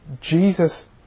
Jesus